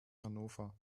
hannover